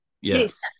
yes